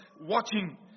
watching